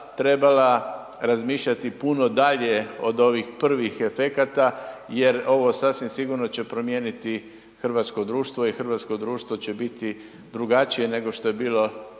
treba razmišljati puno dalje od ovih prvih efekata jer ovo sasvim sigurno će promijeniti hrvatsko društvo i hrvatsko društvo će biti drugačije nego što je bilo